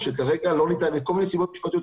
שכרגע לא ניתן מכל מיני סיבות משפטיות,